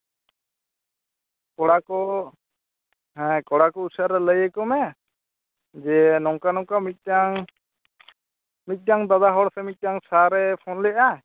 ᱠᱚᱲᱟ ᱠᱚ ᱦᱮᱸ ᱠᱚᱲᱟ ᱠᱚ ᱩᱥᱟᱹᱨᱟ ᱞᱟᱹᱭᱟᱠᱚ ᱢᱮ ᱡᱮ ᱱᱚᱝᱠᱟ ᱱᱚᱝᱟ ᱢᱤᱫᱴᱟᱝ ᱢᱤᱫᱴᱟᱝ ᱫᱟᱫᱟ ᱦᱚᱲ ᱥᱮ ᱢᱤᱫᱴᱟᱝ ᱥᱟᱨᱮ ᱯᱷᱳᱱ ᱞᱮᱫᱼᱟ